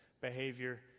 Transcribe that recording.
behavior